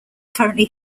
currently